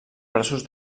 braços